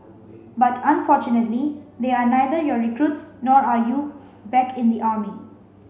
but unfortunately they are neither your recruits nor are you back in the army